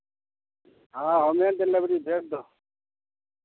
हँ होमे डिलिवरी भेज दहक